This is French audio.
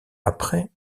après